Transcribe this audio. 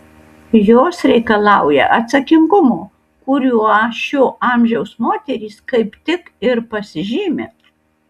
jos reikalauja atsakingumo kuriuo šio amžiaus moterys kaip tik ir pasižymi